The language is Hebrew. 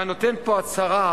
ואני נותן פה הצהרה,